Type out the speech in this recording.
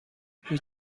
هیچ